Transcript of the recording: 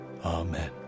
Amen